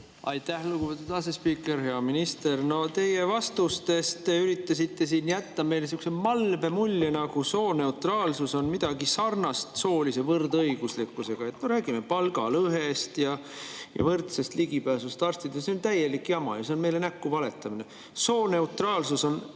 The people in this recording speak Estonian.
Aitäh, lugupeetud asespiiker! Hea minister! Te üritasite vastustes jätta meile sihukese malbe mulje, nagu sooneutraalsus on midagi sarnast soolise võrdõiguslikkusega. Räägime palgalõhest ja võrdsest ligipääsust arstidele. See on täielik jama ju, see on meile näkku valetamine. Sooneutraalsus on